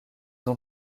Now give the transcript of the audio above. ont